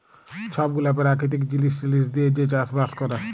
ছব গুলা পেরাকিতিক জিলিস টিলিস দিঁয়ে যে চাষ বাস ক্যরে